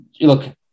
look